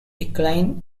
decline